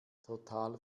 total